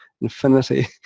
infinity